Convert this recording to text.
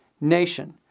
Nation